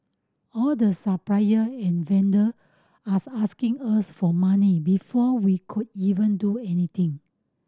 all the supplier and vendor as asking us for money before we could even do anything